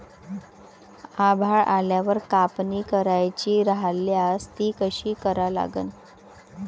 आभाळ आल्यावर कापनी करायची राह्यल्यास ती कशी करा लागन?